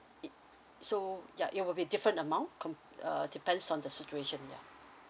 it so yeah it will be different amount com~ uh depends on the situation yeah